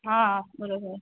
हा बराबरि